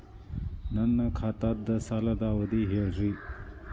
ನನ್ನ ಖಾತಾದ್ದ ಸಾಲದ್ ಅವಧಿ ಹೇಳ್ರಿ